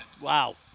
wow